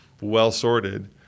well-sorted